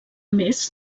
més